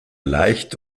leicht